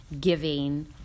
giving